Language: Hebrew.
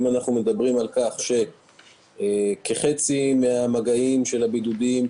אם אנחנו מדברים על כך שכחצי מהמגעים של הבידודים,